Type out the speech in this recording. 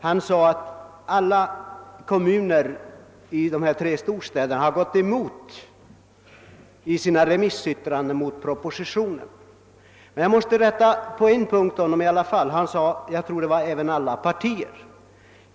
Han sade att de tre storstäderna i sina remissyttranden gått emot propositionen. Jag tror han. sade att det gällde även alla partier.